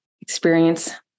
experience